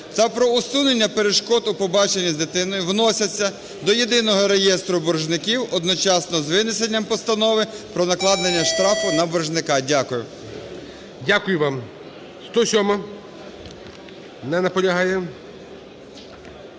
та про усунення перешкод у побаченні з дитиною вносяться до Єдиного реєстру боржників одночасно з винесенням Постанови про накладення штрафу на боржника". Дякую. ГОЛОВУЮЧИЙ. Дякую вам. 107-а. Не наполягає.